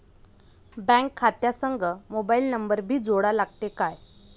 Bank खात्या संग mobile number भी जोडा लागते काय?